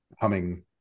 humming